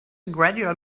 gradual